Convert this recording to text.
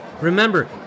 Remember